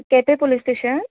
केंपे police station